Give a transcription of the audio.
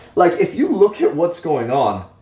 like, if you look at what's going on,